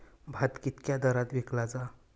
भात कित्क्या दरात विकला जा?